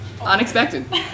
unexpected